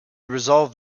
resolve